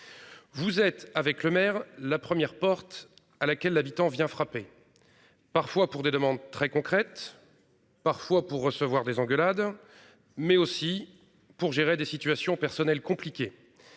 Vous êtes avec le maire. La première porte à laquelle l'habitant vient frapper. Parfois pour des demandes très concrètes. Parfois pour recevoir des engueulades. Mais aussi pour gérer des situations personnelles compliqué.